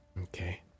Okay